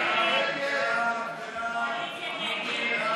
ההסתייגות (254) של חבר הכנסת מאיר כהן לסעיף 1 לא